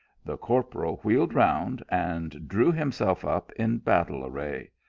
the corporal wheeled round, and drew himself up in battle array.